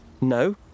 No